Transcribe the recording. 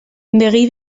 begi